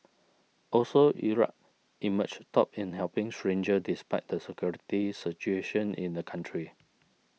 also Iraq emerged top in helping stranger despite the security situation in the country